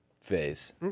phase